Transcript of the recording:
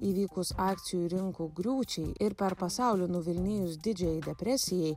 įvykus akcijų rinkų griūčiai ir per pasaulį nuvilnijus didžiajai depresijai